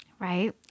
Right